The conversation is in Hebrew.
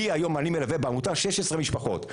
אני מלווה היום בעמותה 16 משפחות,